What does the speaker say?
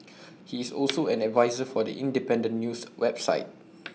he is also an adviser for The Independent news website